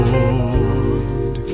Lord